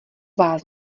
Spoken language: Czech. vás